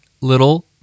little